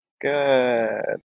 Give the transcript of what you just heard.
Good